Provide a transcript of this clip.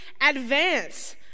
advance